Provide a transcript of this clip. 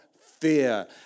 fear